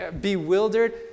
bewildered